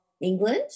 England